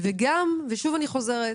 שוב אני חוזרת